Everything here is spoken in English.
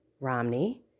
Romney